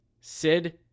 Sid